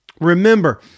Remember